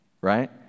right